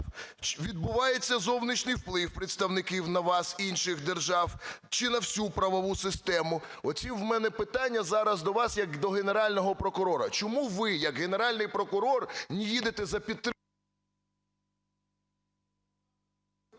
відбувається зовнішній вплив представників на вас інших держав чи на всю правову систему? Оці в мене питання зараз до вас як до Генерального прокурора. Чому ви як Генеральний прокурор не їдете за…